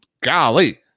golly